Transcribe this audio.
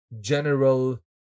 general